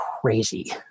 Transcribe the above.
crazy